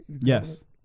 Yes